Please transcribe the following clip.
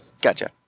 Gotcha